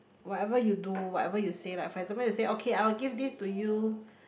whatever you do whatever you say like for example you say okay I will give this to you